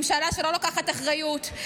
ממשלה שלא לוקחת אחריות,